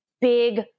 big